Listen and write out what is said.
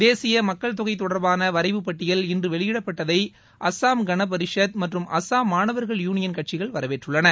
தேசிய மக்கள்தொகை தொடர்பான வரைவு பட்டியல் இன்று வெளியிடப்பட்டதை அஸ்ஸாம் கனபரிஷத் மற்றும் அஸ்ஸாம் மாணவர்கள் யூனியன் கட்சிகள் வரவேற்றுள்ளன